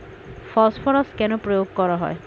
Phosphorus কেন প্রয়োগ করা হয়?